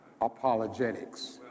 Apologetics